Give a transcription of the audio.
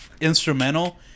instrumental